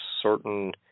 certain